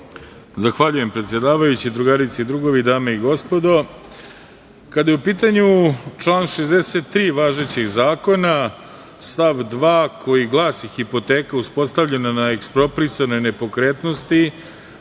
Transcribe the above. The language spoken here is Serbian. Zahvaljujem, predsedavajući. Drugarice i drugovi, dame i gospodo, kada je u pitanju član 63. važećeg zakona, stav 2. koji glasi: „hipoteka uspostavljena na eksproprisane nepokretnosti